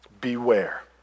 Beware